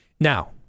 Now